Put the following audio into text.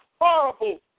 horrible